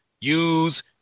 use